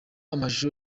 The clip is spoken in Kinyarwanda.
amashusho